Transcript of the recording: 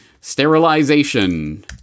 Sterilization